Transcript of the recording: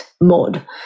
mode